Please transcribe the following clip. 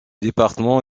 département